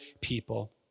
people